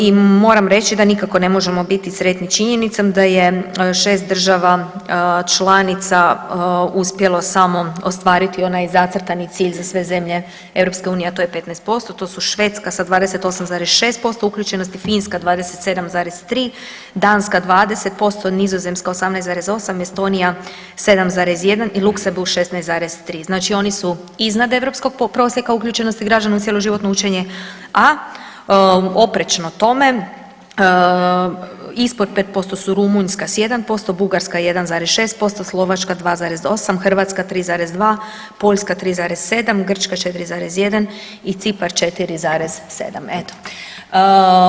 I moram reći da nikako ne možemo biti sretni činjenicom da je šest država članica uspjelo samo ostvariti onaj zacrtani cilj za sve zemlje EU, a to je 15% to su Švedska sa 28,6% uključenosti, Finska 27,3, Danska 20%, Nizozemska 18,8, Estonija 7,1 i Luksemburg 16,3 znači oni su iznad europskog prosjeka uključenosti građana u cjeloživotno učenje, a oprečno tome ispod 5% su Rumunjska s 1%, Bugarska 1,6%, Slovačka 2,8, Hrvatska 3,2, Poljska 3,7, Grčka 4,1 i Cipar 4,7.